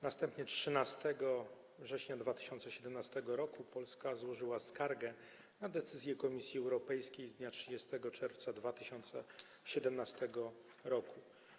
Następnie 13 września 2017 r. Polska złożyła skargę na decyzję Komisji Europejskiej z dnia 30 czerwca 2017 r.